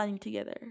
together